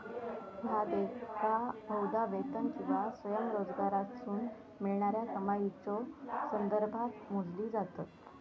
ह्या देयका बहुधा वेतन किंवा स्वयंरोजगारातसून मिळणाऱ्या कमाईच्यो संदर्भात मोजली जातत